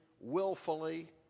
willfully